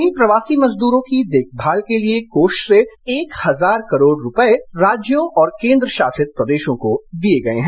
वहीं प्रवासी मजदूरों की देखमाल के लिए कोष से एक हजार करोड़ रुपये राज्यों और केंद्रशासित प्रदेशों को दिए गए हैं